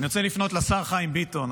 אני רוצה לפנות לשר חיים ביטון.